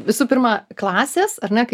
visų pirma klasės ar ne kai